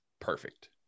perfect